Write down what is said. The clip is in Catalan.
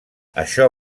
això